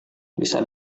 bisa